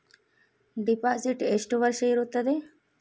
Deposit ಎಷ್ಟು ವರ್ಷ ಇರುತ್ತದೆ?